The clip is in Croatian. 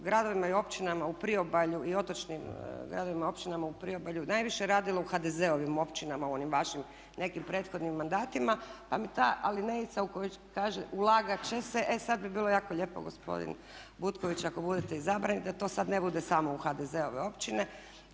gradovima i općinama u priobalju i otočnim gradovima i općinama najviše radilo u HDZ-ovim općinama u onim vašim nekim prethodnim mandatima pa mi ta alinejica u kojoj kaže ulagat će se e sad bi bilo jako lijepo gospodin Butković ako budete izabrani da to sad ne bude samo u HDZ-ove općine,